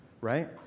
right